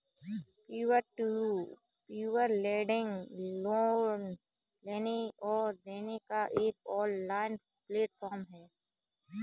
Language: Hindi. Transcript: peer to peer lending loan लेने और देने का एक ऑनलाइन प्लेटफ़ॉर्म है